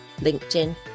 LinkedIn